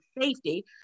safety